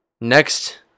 Next